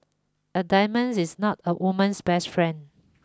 a diamond is not a woman's best friend